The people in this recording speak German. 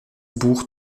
buch